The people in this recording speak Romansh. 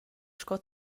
sco